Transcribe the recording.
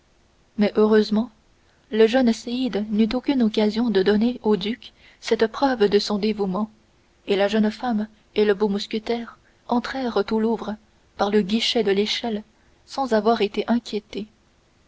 mais heureusement le jeune séide n'eut aucune occasion de donner au duc cette preuve de son dévouement et la jeune femme et le beau mousquetaire rentrèrent au louvre par le guichet de l'échelle sans avoir été inquiétés